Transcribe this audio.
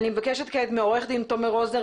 אני מבקשת כעת מעו"ד תומר רוזנר,